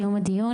מגיש?